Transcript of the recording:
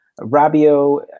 Rabio